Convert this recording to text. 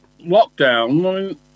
lockdown